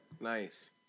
Nice